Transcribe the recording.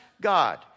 God